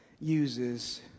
uses